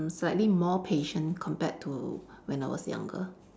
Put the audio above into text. mm slightly more patient compared to when I was younger